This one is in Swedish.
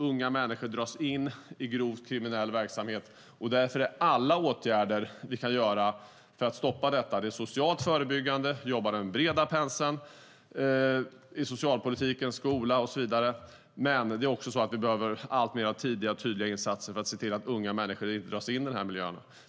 Unga människor dras in i grovt kriminell verksamhet, och därför är alla åtgärder vi kan göra för att stoppa detta viktiga. Det handlar om socialt förebyggande och att jobba med den breda penseln i socialpolitiken, skola och så vidare, men vi behöver också allt mer av tidiga och tydliga insatser för att se till att unga människor inte dras in i den här miljön.